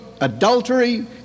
adultery